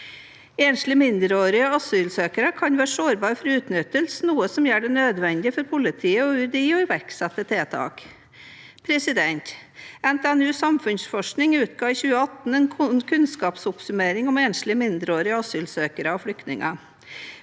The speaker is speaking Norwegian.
Enslige mindreårige asylsøkere kan være sårbare for utnyttelse, noe som gjør det nødvendig for politiet og UDI å iverksette tiltak. NTNU Samfunnsforskning utga i 2018 en kunnskapsoppsummering om enslige mindreårige asylsøkere og flyktninger.